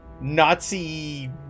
Nazi